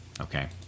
okay